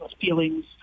feelings